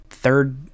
Third